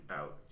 out